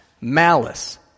malice